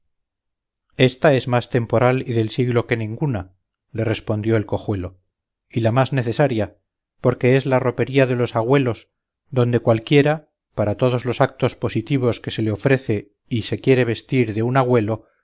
ésta es más temporal y del siglo que ninguna le respondió el cojuelo y la más necesaria porque es la ropería de los agüelos donde cualquiera para todos los actos positivos que se le ofrece y se quiere vestir de un agüelo